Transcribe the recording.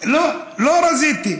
לא, לא רזיתי.